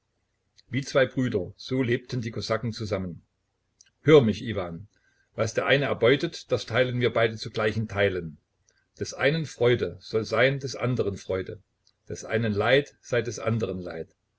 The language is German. wie zwei brüder so lebten die kosaken zusammen hör mich iwan was der eine erbeutet das teilen wir beide zu gleichen teilen des einen freude soll sein des anderen freude des einen leid sei des anderen leid